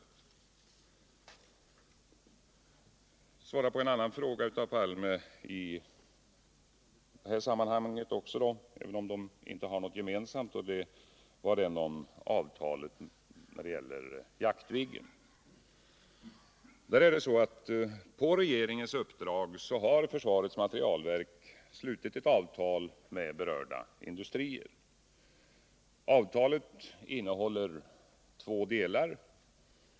Jag vill nu också svara på en annan fråga från Palme, även om de frågorna inte har något gemensamt. Det gäller frågan om ett avtal beträffande Jaktviggen. På regeringens uppdrag har försvarets materielverk slutit ett avtal med berörda industrier. Avtalet innehåller två delar.